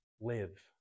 live